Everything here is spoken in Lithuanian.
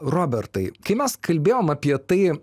robertai kai mes kalbėjom apie tai